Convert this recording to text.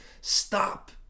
stop